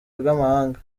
rw’amahanga